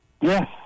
Yes